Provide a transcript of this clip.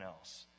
else